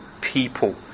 people